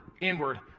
inward